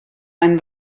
einen